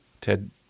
Ted